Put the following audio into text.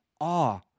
awe